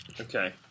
okay